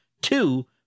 two